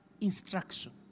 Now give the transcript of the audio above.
instruction